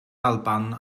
alban